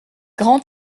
grand